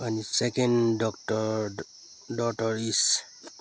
अनि second doctor डटर इस